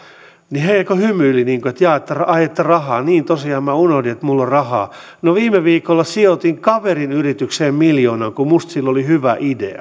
niin he hymyilivät ai niin kuin että rahaa niin tosiaan minä unohdin että minulla on rahaa no viime viikolla sijoitin kaverin yritykseen miljoonan kun minusta sillä oli hyvä idea